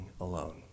alone